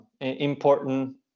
important